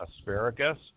asparagus